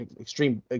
extreme